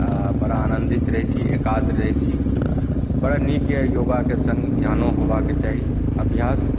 आ बड़ा आनन्दित रहै छी एकाग्र रहै छी बड़ा नीक यऽ योगाक सङ्ग ध्यानो होबाक चाही अभ्यास